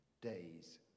days